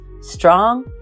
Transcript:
strong